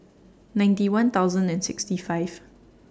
ninety one thousand and sixty five